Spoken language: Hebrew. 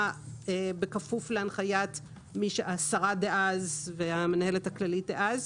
בכפוף להנחיית השרה דאז והמנהלת הכללית דאז,